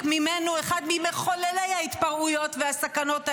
ממנו אחד ממחוללי ההתפרעויות והסכנות האלה,